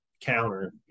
counter